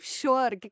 sure